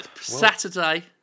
Saturday